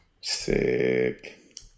Sick